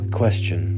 question